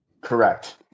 Correct